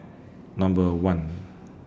Number one